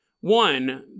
One